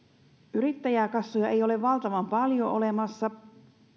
yrittäjäkassoja ei ole valtavan paljon olemassa